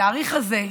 בתאריך הזה,